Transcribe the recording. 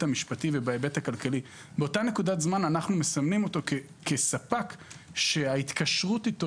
המשפטי ובהיבט הכלכלי אנחנו מסמנים אותו כספק שההתקשרות אתו